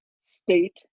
state